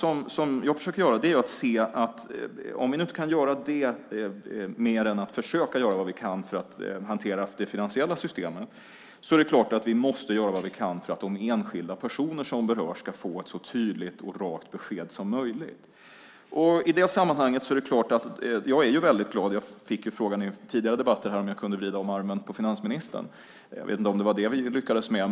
Om vi nu inte kan göra mer än att försöka göra det vi kan för att hantera det finansiella systemet är det klart att vi måste göra mer för att de enskilda personer som berörs ska få ett så tydligt och rakt besked som möjligt. Jag fick i den tidigare debatten frågan om jag kunde vrida om armen på finansministern. Jag vet inte om det var vad vi lyckades med.